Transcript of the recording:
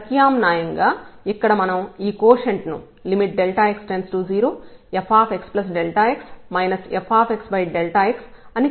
ప్రత్యామ్నాయంగా ఇక్కడ మనం ఈ కోషెంట్ ను x→0fxx fx అని చూపించవచ్చు